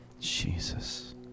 Jesus